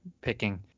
picking